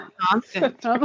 constant